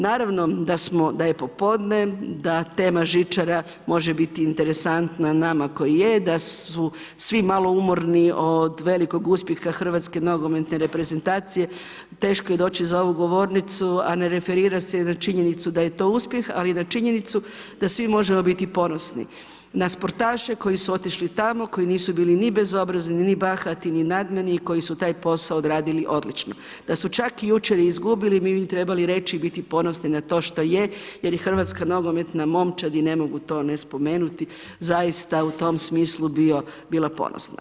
Naravno da je popodne, da tema žičara može biti interesantna nama koji je, da su svi malo umorni od velikog uspjeha Hrvatske nogometne reprezentacije, teško je doći za ovu govornicu a ne referirat se i na činjenicu da je to uspjeh ali i na činjenicu da svi možemo biti ponosni na sportaše koji s otišli tamo, koji nisu bili ni bezobrazni, ni bahati ni najmanje, koji su taj posao odradili odlično d su čak jučer izgubili, mi bi im trebali reći i biti ponosni na to što je jer bi hrvatska nogometna momčad i ne mogu to ne spomenuti zaista u tom smislu bila ponosna.